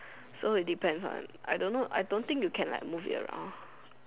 so it depends on I don't know I don't think you can like move it around